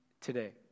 today